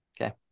okay